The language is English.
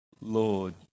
Lord